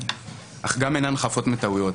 אך גם הן אינן חפות מטעויות.